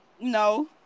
No